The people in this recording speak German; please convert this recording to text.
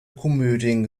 komödien